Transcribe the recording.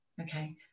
Okay